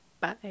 bye